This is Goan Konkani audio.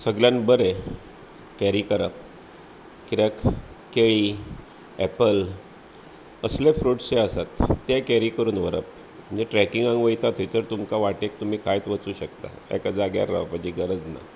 सगल्यान बरें कॅरी करप कित्याक केळीं एप्पल असले फ्रूट जे आसात ते कॅरी करून व्हरप म्हणजे ट्रॅकिंगाक वयता थंयचर तुमकां वाटेक तुमी खायत वचूं शकता एका जाग्यार रावपाची गरज ना